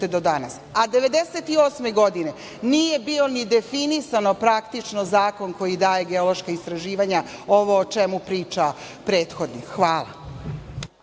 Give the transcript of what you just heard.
1998. nije bio ni definisan zakon koji daje geološka istraživanja, ovo o čemu priča prethodnik. Hvala.